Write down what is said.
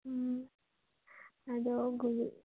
ꯑꯗꯣ